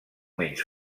menys